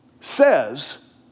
says